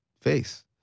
face